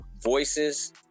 voices